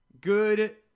good